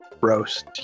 roast